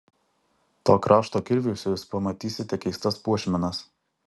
to krašto kirviuose jūs pamatysite keistas puošmenas